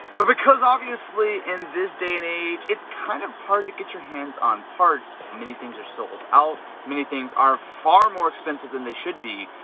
but because obviously in this day and age it's kind of hard to get your hands on parts, many things are sold out. many things are far more expensive than they should be.